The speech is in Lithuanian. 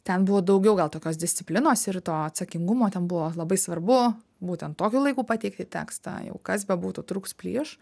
ten buvo daugiau gal tokios disciplinos ir to atsakingumo ten buvo labai svarbu būtent tokiu laiku pateikti tekstą jau kas bebūtų trūks plyš